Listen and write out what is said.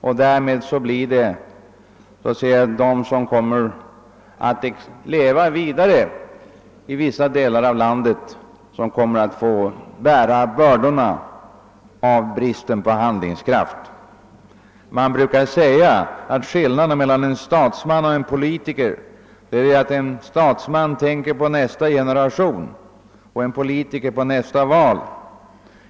Om vi låter bli att handla kommer de människor som lever kvar i vissa delar av landet att få bära bördorna av vår brist på handlingskraft. Man brukar säga att skillnaden mellan en statsman och en politiker är att statsmannen tänker på nästa generation och politikern på nästa val.